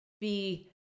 be-